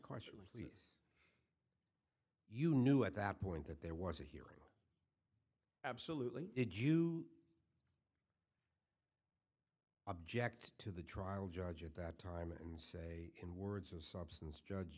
when you knew at that point that there was a hearing absolutely did you object to the trial judge at that time and say in words of substance judge